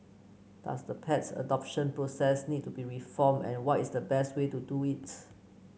does the pet adoption process need to be reformed and what is the best way to do it